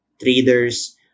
traders